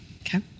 Okay